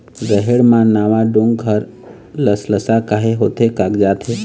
रहेड़ म नावा डोंक हर लसलसा काहे होथे कागजात हे?